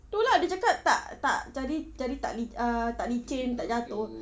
itu lah dia cakap tak tak jadi jadi tak li~ uh tak licin tak jatuh